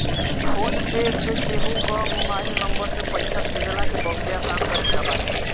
phone पे से केहू कअ मोबाइल नंबर से पईसा भेजला के बहुते आसान तरीका बाटे